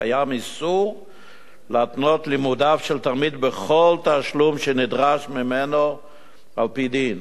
קיים איסור להתנות לימודיו של תלמיד בכל תשלום שנדרש ממנו על-פי דין.